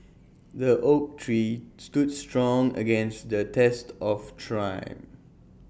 the oak tree stood strong against the test of try